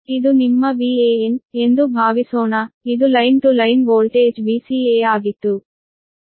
ಇದು ನಿಮ್ಮ Van ಎಂದು ಭಾವಿಸೋಣ ಇದು line to line voltage Vca ಆಗಿತ್ತು